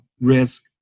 risk